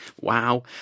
wow